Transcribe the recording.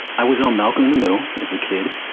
i was on malcolm in the middle as a kid.